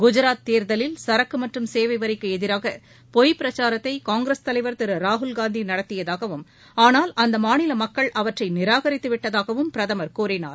குஜராத் தேர்தலில் சரக்கு மற்றும் சேவை வரிக்கு எதிராக பொய் பிரச்சாரத்தை காங்கிரஸ் தலைவர் திரு ராகுல்காந்தி நடத்தியதாகவும் ஆனால் அம்மாநில மக்கள் அவற்றை நிராகரித்து விட்டதாகவும் பிரதமர் கூறினார்